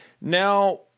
Now